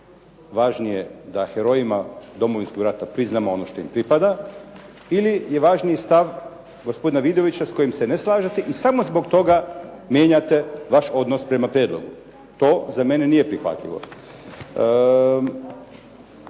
važnije da herojima Domovinskog rata priznamo ono što im pripada ili je važniji stav gospodina Vidovića s kojim se ne slažete i samo zbog toga mijenjate vaš odnos prema prijedlogu. To za mene nije prihvatljivo.